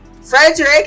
Frederick